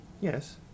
Yes